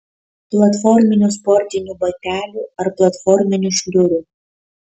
platforminių sportinių batelių ar platforminių šliurių